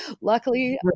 luckily